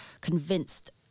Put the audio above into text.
convinced